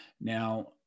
Now